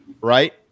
right